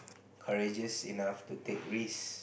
courageous enough to take risk